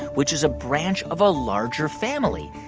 which is a branch of a larger family.